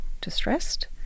distressed